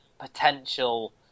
potential